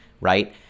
right